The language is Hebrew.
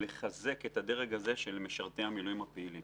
לחזק את הדרג הזה של משרתי המילואים הפעילים.